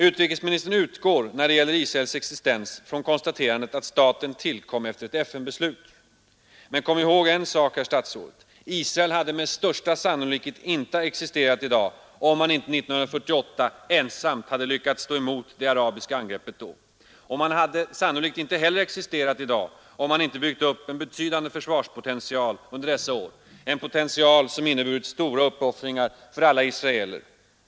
Utrikesministern utgår när det gäller Israels existens från konstaterandet att staten tillkom efter ett FN-beslut. Men kom ihåg en sak, herr utrikesminister: Israel hade med största sannolikhet inte existerat i dag, om man inte 1948 ensam hade lyckats stå emot det arabiska angreppet då. Och man hade sannolikt inte heller existerat i dag, om man inte byggt upp en betydande försvarspotential under dessa år — en potential som inneburit stora uppoffringar för alla israeler.